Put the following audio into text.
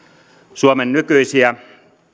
suomen nykyisiä